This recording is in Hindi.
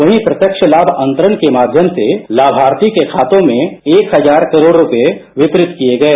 वहीं प्रत्यक्ष लाभ अंतरण के माध्यम से लाभार्थी केखातों में एक हजार करोड़ रुपये वितरित किएगए